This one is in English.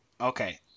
Okay